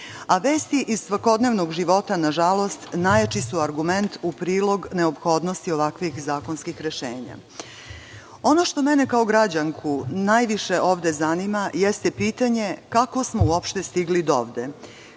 Vesti iz svakodnevnog života, nažalost, najjači su argument u prilog neophodnosti ovakvih zakonskih rešenja. Ono što mene kao građanku ovde najviše zanima jeste pitanje – kako smo uopšte stigli do ovde?